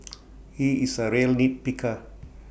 he is A real nitpicker